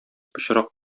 пычрак